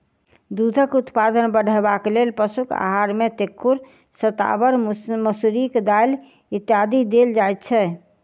दूधक उत्पादन बढ़यबाक लेल पशुक आहार मे तेखुर, शताबर, मसुरिक दालि इत्यादि देल जाइत छै